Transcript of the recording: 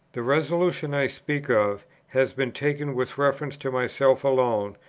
the resolution i speak of has been taken with reference to myself alone,